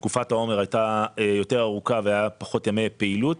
תקופת העומר הייתה יותר ארוכה והיו פחות ימי פעילות,